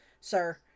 sir